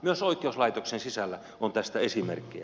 myös oikeuslaitoksen sisällä on tästä esimerkkejä